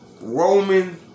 Roman